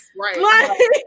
Right